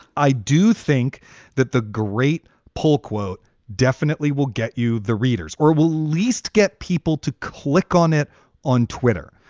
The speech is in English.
i do think that the great pull quote definitely will get you the readers or will least get people to click on it on twitter.